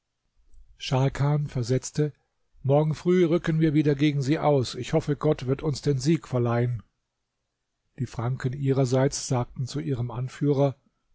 scharkan versetzte morgen früh rücken wir wieder gegen sie aus ich hoffe gott wird uns den sieg verleihen die franken ihrerseits sagten zu ihrem anführer